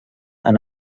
han